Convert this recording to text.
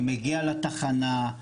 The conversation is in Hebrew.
מגיע לתחנה,